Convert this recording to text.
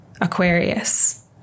Aquarius